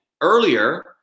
earlier